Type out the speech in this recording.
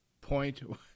point